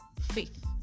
faith